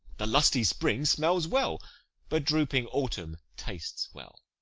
the lusty spring smells well but drooping autumn tastes well.